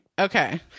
Okay